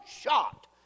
shot